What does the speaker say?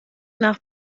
nach